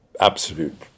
absolute